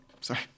sorry